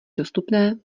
dostupné